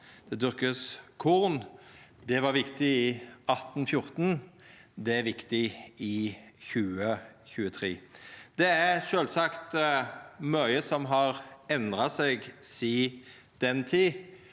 vert dyrka korn. Det var viktig i 1814, og det er viktig i 2023. Det er sjølvsagt mykje som har endra seg sidan den tid,